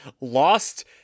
lost